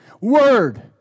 Word